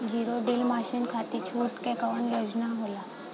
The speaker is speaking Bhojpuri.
जीरो डील मासिन खाती छूट के कवन योजना होला?